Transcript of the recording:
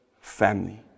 family